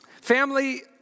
Family